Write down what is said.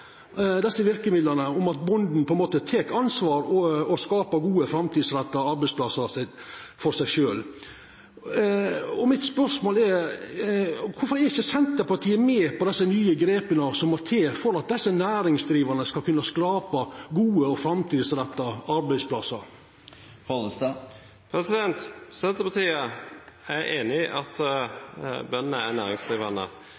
bonden tek ansvar og skapar gode og framtidsretta arbeidsplassar for seg sjølv. Mitt spørsmål er: Kvifor er ikkje Senterpartiet med på desse nye grepa som må til for at desse næringsdrivande skal kunna skapa gode og framtidsretta arbeidsplassar? Senterpartiet er enig i at bøndene er næringsdrivende. Senterpartiet er enig i